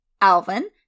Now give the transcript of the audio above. Alvin